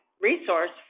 resource